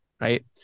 Right